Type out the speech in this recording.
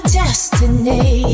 destiny